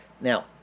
Now